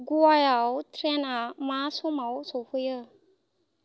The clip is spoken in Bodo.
गवायाव ट्रैनआ मा समाव सफैयो